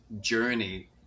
journey